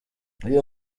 uyu